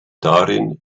darin